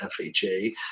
FHA